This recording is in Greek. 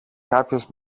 κάποιος